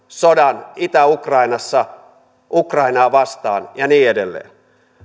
sodan itä ukrainassa ukrainaa vastaan ja niin edelleen